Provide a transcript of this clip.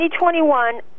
2021